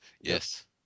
Yes